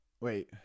Wait